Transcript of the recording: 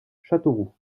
châteauroux